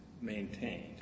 maintained